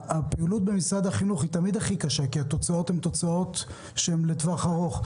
הפעילות במשרד החינוך תמיד הכי קשה כי התוצאות לטווח ארוך.